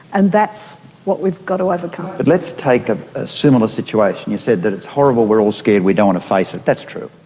and that's what we've got to overcome. but let's take a similar situation. you said that it's horrible, we're all scared, we don't want to face it. that's true.